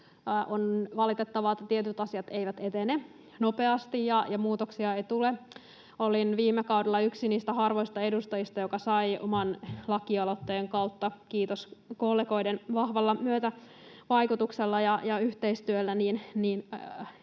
on valitettavaa, että tietyt asiat eivät etene nopeasti ja muutoksia ei tule. Olin viime kaudella yksi niistä harvoista edustajista, jotka saivat oman lakialoitteen kautta lainsäädäntömuutoksen, kiitos kollegoiden vahvan myötävaikutuksen ja yhteistyön.